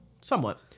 Somewhat